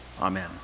Amen